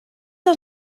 els